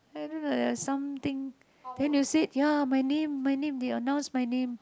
I don't know there are something then you said ya my name my name they announce my name